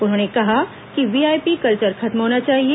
उन्होंने कहा कि वीआईपी कल्चर खत्म होना चाहिए